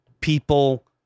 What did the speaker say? people